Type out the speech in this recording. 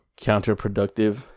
counterproductive